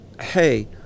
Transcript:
Hey